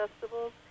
festivals